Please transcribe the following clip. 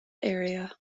area